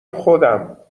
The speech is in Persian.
خودم